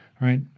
right